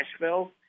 Nashville